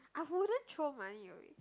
I wouldn't throw money away